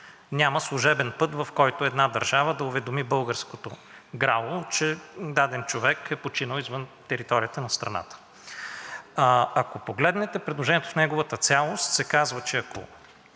Няма служебен път, в който една държава да уведоми българското ГРАО, че даден човек е починал извън територията на страната. Ако погледнете предложението в неговата цялост, се казва, че ако